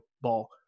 Ball